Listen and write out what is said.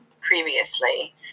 previously